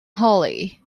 hollie